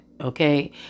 Okay